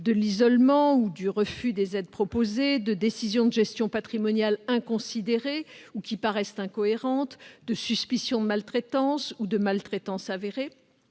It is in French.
de l'isolement ou du refus des aides proposées, de décisions de gestion patrimoniale inconsidérées ou qui paraissent incohérentes, de suspicion de maltraitance ou de maltraitance avérée,